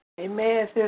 Amen